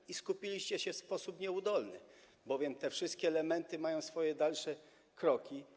I skupiliście się w sposób nieudolny, bowiem te wszystkie elementy mają swoje dalsze kroki.